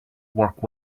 work